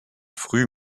früh